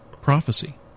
prophecy